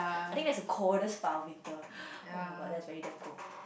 I think that's the coldest part of winter [oh]-my-god that's really damn cold